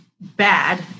Bad